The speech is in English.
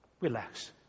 Relax